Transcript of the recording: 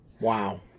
Wow